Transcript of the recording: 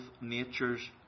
natures